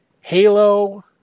Halo